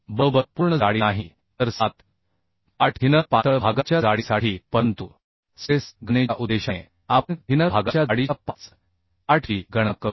बरोबर पूर्ण जाडी नाही तर 78 थिनर पातळ भागाच्या जाडीसाठी परंतु स्ट्रेस गणनेच्या उद्देशाने आपण थिनर भागाच्या जाडीच्या 58 ची गणना करू